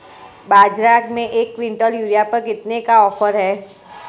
बाज़ार में एक किवंटल यूरिया पर कितने का ऑफ़र है?